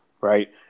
right